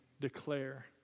declare